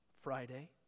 Friday